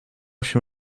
się